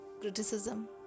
criticism